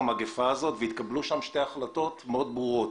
והתקבלו שם שתי החלטות מאוד ברורות.